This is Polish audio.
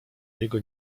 jego